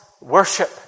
worship